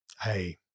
hey